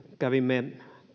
kävimme